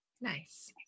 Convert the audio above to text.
Nice